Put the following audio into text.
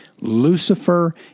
Lucifer